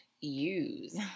use